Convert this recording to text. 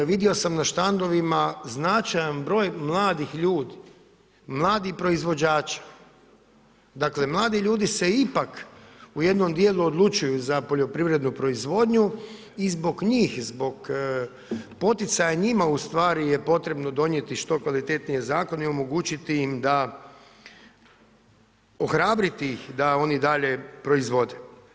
Vidio sam na štandovima značajan broj mladih ljudi, mladih proizvođača, dakle mladi ljudi se ipak u jednom djelu odlučuju za poljoprivrednu proizvodnju i zbog njih, zbog poticaja njima ustvari je potrebno donijeti što kvalitetniji zakone i omogućiti im da, ohrabriti ih da oni dalje proizvode.